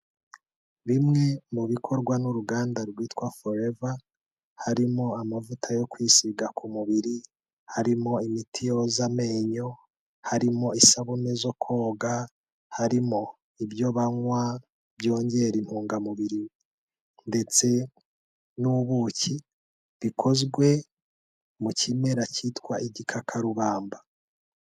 Bimwe mu bikorwa n'uruganda rwitwa Forever harimo: amavuta yo kwisiga ku mubiri, harimo imiti yoza amenyo, harimo isabune zo koga, harimo ibyo banywa byongera intungamubiri ndetse n'ubuki bikozwe mu kimera cyitwa igikakarubamba.